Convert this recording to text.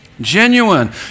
Genuine